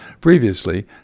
Previously